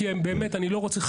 כי אני לא רוצה,